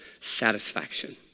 satisfaction